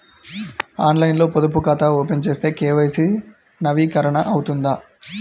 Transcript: ఆన్లైన్లో పొదుపు ఖాతా ఓపెన్ చేస్తే కే.వై.సి నవీకరణ అవుతుందా?